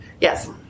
Yes